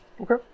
Okay